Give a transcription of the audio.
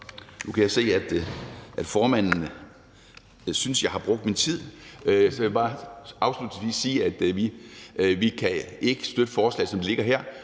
Nu kan jeg se, at formanden synes, jeg har brugt min taletid, så jeg vil bare afslutningsvis sige, at vi ikke kan støtte forslaget, som det ligger her.